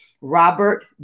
Robert